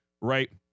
Right